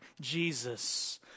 Jesus